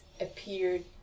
appeared